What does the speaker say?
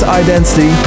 identity